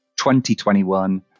2021